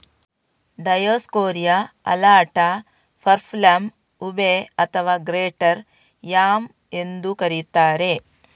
Dioscorea alata, purple yam, ube ಅಥವಾ greater yam ಎಂದೂ ಕರೆಯುತ್ತಾರೆ